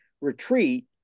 retreat